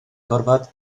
gorfod